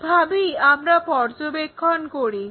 এই ভাবেই আমরা পর্যবেক্ষণ করি